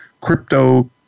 crypto